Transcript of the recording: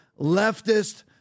leftist